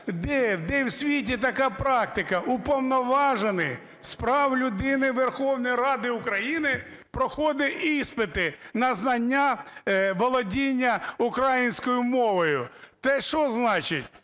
де в світі така практика? Уповноважений з прав людини Верховної Ради України проходить іспити на знання, володіння українською мовою. Це що значить?